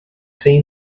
seen